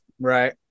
Right